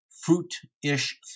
fruit-ish